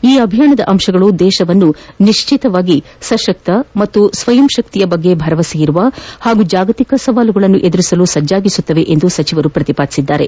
ಈ ಅಭಿಯಾನದ ಅಂಶಗಳು ದೇಶವನ್ನು ನಿಶ್ಚಿತವಾಗಿ ಸಶಕ್ತ ಮತ್ತು ಸ್ವಯಂ ಶಕ್ತಿಯ ಬಗ್ಗೆ ಭರವಸೆಯಿರುವ ಹಾಗೂ ಜಾಗತಿಕ ಸವಾಲುಗಳನ್ನು ಎದುರಿಸಲು ಸಜ್ಜಾಗಿಸುತ್ತವೆ ಎಂದು ಸಚಿವರು ಪ್ರತಿಪಾದಿಸಿದರು